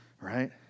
right